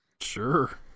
Sure